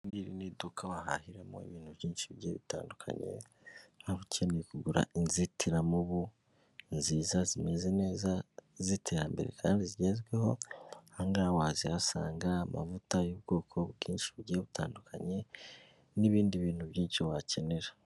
Iri ngiri ni iduka wahahiramo ibintu byinshi bitandukanye, nk'ubu ukeneye kugura inzitiramubu nziza zimeze neza z'iterambere kandi zigezweho aha ngaha wazihasanga, amavuta y'ubwoko bwinshi bugiye butandukanye n'ibindi bintu byinshi wakenera.